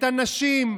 את הנשים,